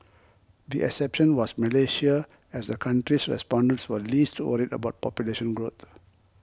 the exception was Malaysia as the country's respondents were least worried about population growth